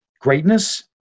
greatness